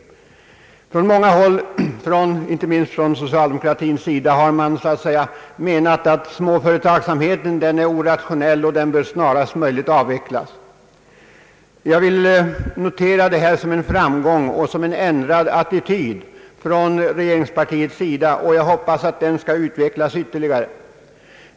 Från många håll, bl.a. från socialdemokratins sida, har man ansett att småföretagsamheten är orationell och snarast möjligt bör avvecklas. Jag vill notera som en framgång och som en ändrad attityd från regeringspartiets sida, när man nu uttalar sig positivt gentemot mindre och medelstor företagsamhet, och jag hoppas att denna syn skall utvecklas ytterligare.